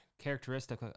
characteristic